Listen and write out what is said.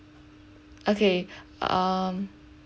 okay um